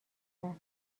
کرد